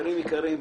חברים יקרים,